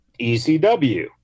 ECW